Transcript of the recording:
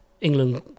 England